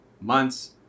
months